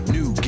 New